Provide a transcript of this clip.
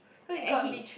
and and he